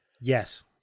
Yes